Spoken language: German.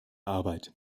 arbeit